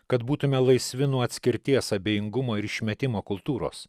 kad būtume laisvi nuo atskirties abejingumo ir išmetimo kultūros